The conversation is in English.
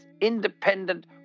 independent